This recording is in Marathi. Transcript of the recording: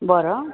बरं